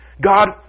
God